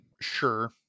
sure